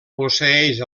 posseeix